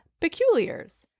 peculiars